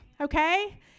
okay